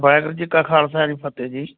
ਵਾਹਿਗੁਰੂ ਜੀ ਕਾ ਖਾਲਸਾ ਕੀ ਫਤਿਹ ਜੀ